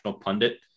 pundit